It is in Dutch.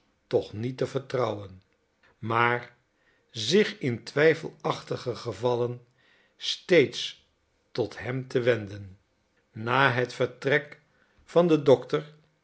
toch niet te vertrouwen maar zich in twijfelachtige gevallen steeds tot hem te wenden na het vertrek van den dokter